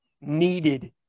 needed